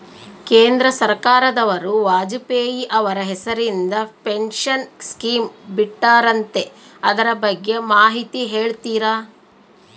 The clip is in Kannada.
ಕೇಂದ್ರ ಸರ್ಕಾರದವರು ವಾಜಪೇಯಿ ಅವರ ಹೆಸರಿಂದ ಪೆನ್ಶನ್ ಸ್ಕೇಮ್ ಬಿಟ್ಟಾರಂತೆ ಅದರ ಬಗ್ಗೆ ಮಾಹಿತಿ ಹೇಳ್ತೇರಾ?